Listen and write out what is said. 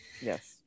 Yes